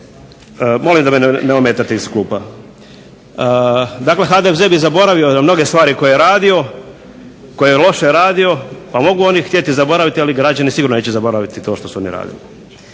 Molim da me ne ometate iz klupa. Dakle HDZ bi zaboravio mnoge stvari koje je radio, koje je loše radio, a mogu oni htjeti zaboraviti ali građani sigurno neće zaboraviti to što su oni radili.